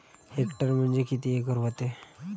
Hectare म्हणजे किती acre व्हते?